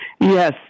Yes